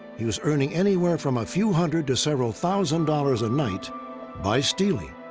he was earning anywhere from a few hundred to several thousand dollars a night by stealing.